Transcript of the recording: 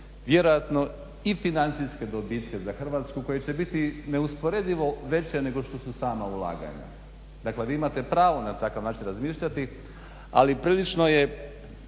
i financijske dobitke za Hrvatsku koji će biti neusporedive veće nego što su sama ulaganja. Dakle vi imate pravo na takav način razmišljati ali prilično je